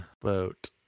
Boat